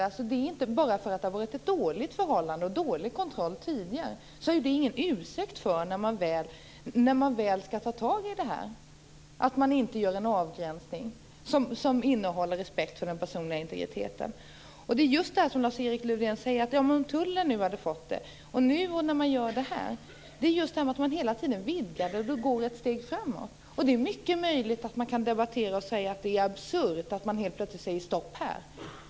Att det har varit dåliga förhållanden och dålig kontroll tidigare är ju ingen ursäkt för att inte, när man väl tar tag i det här, göra en avgränsning som innehåller respekt för den personliga integriteten. Lars-Erik Lövdén tog upp att tullen ju har fått detta, och nu vill man göra det här. Men det är just detta: Man vidgar det hela tiden och går ett steg framåt. Det är mycket möjligt att man kan hävda att det är absurt att helt plötsligt säga stopp här.